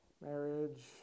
marriage